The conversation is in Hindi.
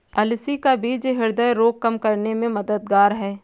अलसी का बीज ह्रदय रोग कम करने में मददगार है